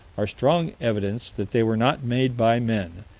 are strong evidence that they were not made by men,